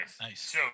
Nice